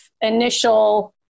initial